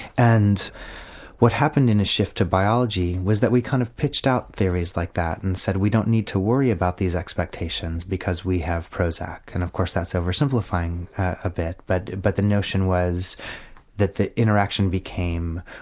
and what happened in a shift to biology was that we kind of pitched out theories like that and said we don't need to worry about these expectations because we have prozac, and of course that's over-simplifying a bit. but but the notion was that the interaction became,